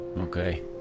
Okay